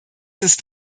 ist